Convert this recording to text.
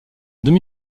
demi